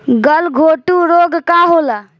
गलघोटू रोग का होला?